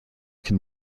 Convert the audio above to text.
can